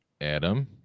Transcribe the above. Adam